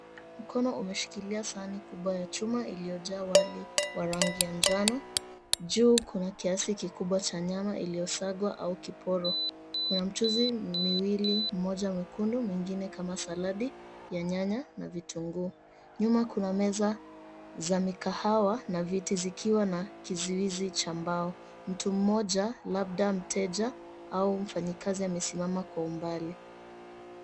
Mkono umeshikilia sahani kubwa ya chuma iliyojaa wali wa rangi ya njano. Juu kuna kiasi kikubwa cha nyama iliyosagwa au kiporo. Kuna mchuzi miwili moja mwekundu mwingine kama saladi ya nyanya na vitunguu. Nyuma kuna meza za mikahawa na viti zikiwa na kizuizi cha mbao. Mtu mmoja, labda mteja au mfanyikazi, amesimama kwa umbali.